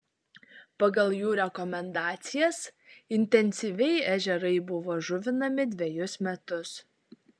pagal jų rekomendacijas intensyviai ežerai buvo žuvinami dvejus metus